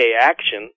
action